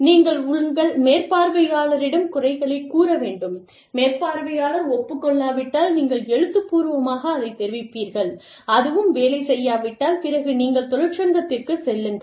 நீங்கள் உங்கள் மேற்பார்வையாளரிடம் குறைகளைக் கூற வேண்டும் மேற்பார்வையாளர் ஒப்புக் கொள்ளாவிட்டால் நீங்கள் எழுத்துப்பூர்வமாக அதைத் தெரிவிப்பீர்கள் அதுவும் வேலை செய்யாவிட்டால் பிறகு நீங்கள் தொழிற்சங்கத்திற்குச் செல்லுங்கள்